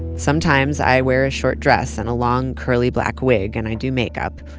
sometimes i wear a short dress and a long curly black wig, and i do makeup.